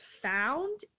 found